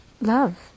love